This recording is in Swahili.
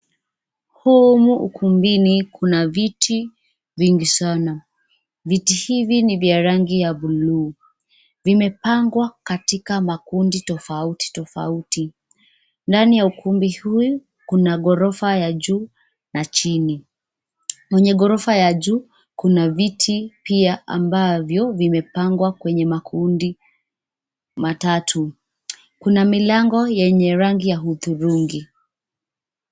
Humu ukumbini kuna viti vingi sana. Viti hivi ni vya rangi ya buluu. Vimepangwa katika makundi tofauti tofauti. Ndani ya ukumbi huu, kuna ghorofa ya juu na chini. Kwenye ghorofa ya juu kuna viti pia ambavyo vimepangwa kwenye makundi matatu. Kuna milango yenye rangi ya hudhurungi.